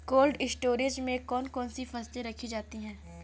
Cold storage में कौन कौन सी फसलें रखी जाती हैं?